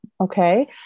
Okay